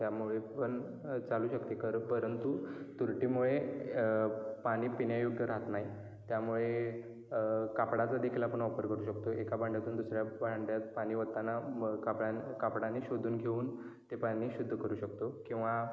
त्यामुळे पण चालू शकते खरं परंतु तुरटीमुळे पाणी पिण्यायोग्य रहात नाही त्यामुळे कापडाचा देखील आपण वापर करू शकतो एका भांड्यातून दुसऱ्या भांड्यात पाणी ओतताना म कापडा कापडानी शोधून घेऊन ते पाणी शुद्ध करू शकतो किंवा